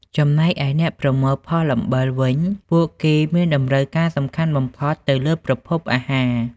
ចំណែកឯអ្នកប្រមូលផលអំបិលវិញ ពួកគេមានតម្រូវការសំខាន់បំផុតទៅលើប្រភពអាហារ។